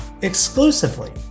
exclusively